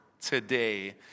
today